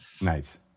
Nice